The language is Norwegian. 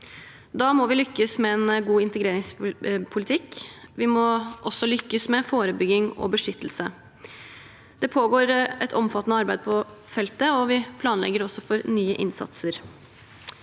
Da må vi lykkes med en god integreringspolitikk. Vi må også lykkes med forebygging og beskyttelse. Det pågår et omfattende arbeid på feltet, og vi planlegger også for nye innsatser.